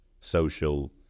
social